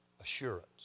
assurance